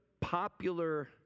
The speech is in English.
popular